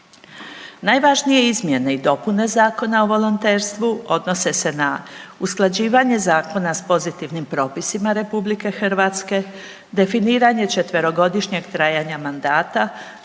Najvažnije izmjene i dopune Zakona o volonterstvu odnose se na usklađivanje zakona s pozitivnim propisima RH, definiranje 4-godišnjeg trajanja mandata